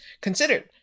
considered